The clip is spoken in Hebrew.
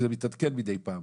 כי זה מתעדכן מידי פעם,